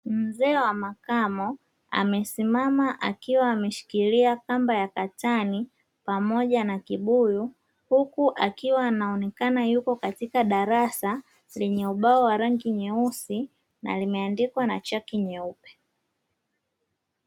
Mzee wa makamu amesimama akiwa ameshikilia kamba ya katani pamoja na kibuyu, huku akiwa anaonekana yupo katika darasa lenye ubao wa rangi nyeusi na limeandikwa na chaki nyeupe.